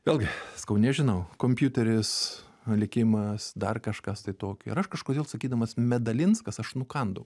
vėlgi sakau nežinau kompiuteris likimas dar kažkas tai tokio ir aš kažkodėl sakydamas medalinskas aš nukandau